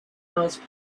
those